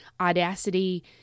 Audacity